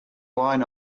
line